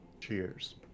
Cheers